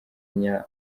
inyama